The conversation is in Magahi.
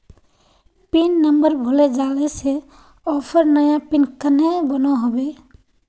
पिन नंबर भूले जाले से ऑफर नया पिन कन्हे बनो होबे?